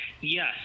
Yes